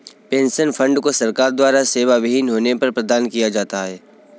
pension fund को सरकार द्वारा सेवाविहीन होने पर प्रदान किया जाता है